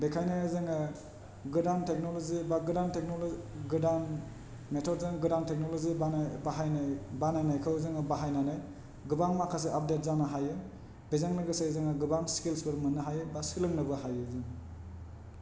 बेखायनो जोङो गोदान टेक्न'लजि एबा गोदान मेटदजों गोदान टेक्न'लजि बाहायनो बानायनायखौ जोङो बाहायनानै गोबां माखासे आपदेट जानो हायो बेजों लोगोसे जोङो गोबां सिकिल्सफोर मोननो हायो बा सोलोंनोबो हायो जों